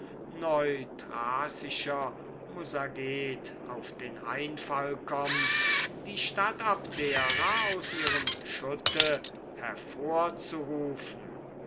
neuthracischer musagete auf den einfall kommt die stadt abdera aus ihrem schutte hervorgraben